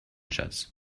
schatz